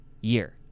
year